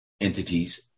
entities